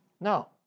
No